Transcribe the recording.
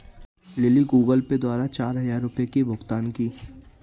lily Google Pay द्वारा चार हजार रुपए की भुगतान की